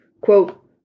Quote